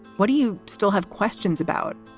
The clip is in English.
what do you still have questions about?